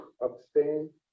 Abstain